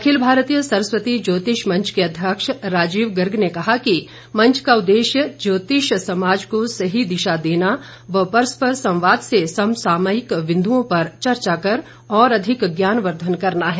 अखिल भारतीय सरस्वती ज्योतिष मंच के अध्यक्ष राजीव गर्ग ने कहा कि मंच का उद्देश्य ज्योतिषसमाज को सही दिशा देना व परस्पर संवाद से समसामायिक बिंदुओं पर चर्चा कर और अधिक ज्ञानवर्धन करना है